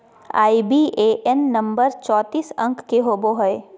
IBAN number चौतीस अंक के होवो हय